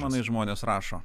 manai žmonės rašo